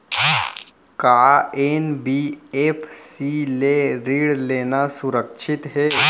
का एन.बी.एफ.सी ले ऋण लेना सुरक्षित हे?